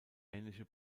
ähnliche